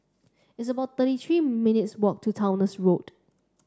it's about thirty three minutes' walk to Towner's Road